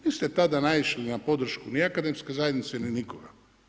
Niste tada naišli na podršku ni akademske zajednice, ni nikoga.